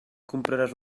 compraràs